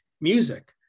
music